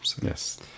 Yes